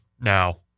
now